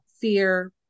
fear